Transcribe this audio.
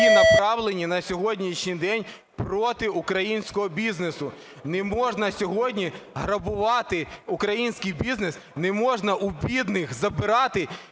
які направлені на сьогоднішній день проти українського бізнесу. Не можна сьогодні грабувати український бізнес, не можна у бідних забирати